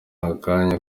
akanya